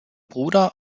bruder